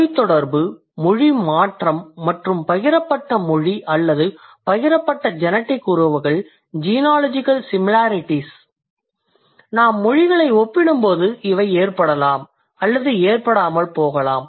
மொழித் தொடர்பு மொழி மாற்றம் மற்றும் பகிரப்பட்ட மொழி அல்லது பகிரப்பட்ட ஜெனடிக் உறவுகள் ஜீனாலஜிகல் சிமிலாரிட்டீஸ் நாம் மொழிகளை ஒப்பிடும்போது இவை ஏற்படலாம் அல்லது ஏற்படாமல் போகலாம்